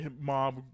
Mob